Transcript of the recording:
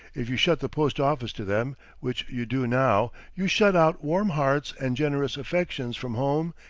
if you shut the post-office to them, which you do now, you shut out warm hearts and generous affections from home,